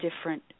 different